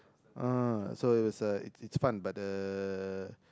uh so it's a it's it's fun but uh